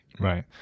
Right